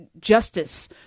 justice